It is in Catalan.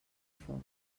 foc